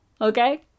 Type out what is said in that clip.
okay